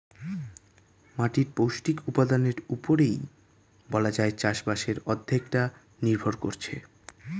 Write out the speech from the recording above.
মাটির পৌষ্টিক উপাদানের উপরেই বলা যায় চাষবাসের অর্ধেকটা নির্ভর করছে